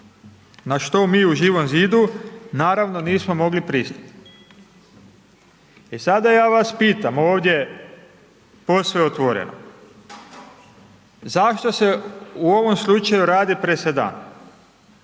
na što mi u Živom zidu, naravno, nismo mogli pristati. I sada ja vas pitam ovdje, posve otvoreno, zašto se u ovom slučaju radi presedan